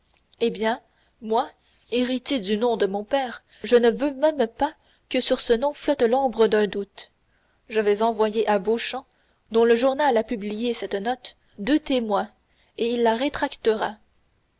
eh bien moi héritier du nom de mon père je ne veux pas même que sur ce nom flotte l'ombre d'un doute je vais envoyer à beauchamp dont le journal a publié cette note deux témoins et il la rétractera